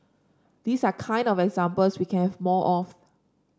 these are kind of examples we can have more of